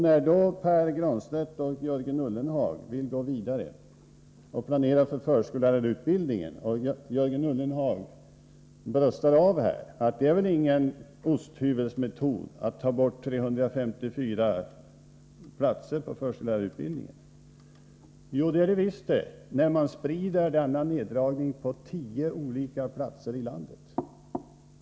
När då Pär Granstedt och Jörgen Ullenhag vill gå vidare, bröstar Jörgen Ullenhag av här att det är väl ingen osthyvelsmetod att ta bort 354 platser inom förskollärarutbildningen. Jo, det är det visst det, när man sprider denna neddragning på tio olika platser i landet.